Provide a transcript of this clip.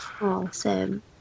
Awesome